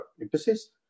emphasis